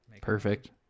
Perfect